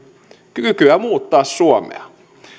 kykyä muuttaa suomea